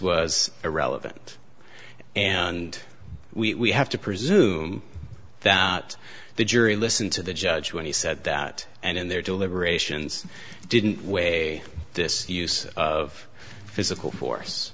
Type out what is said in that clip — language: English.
was irrelevant and we have to presume that the jury listened to the judge when he said that and their deliberations didn't weigh this use of physical